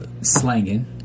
slanging